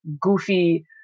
goofy